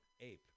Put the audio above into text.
Ape